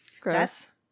Gross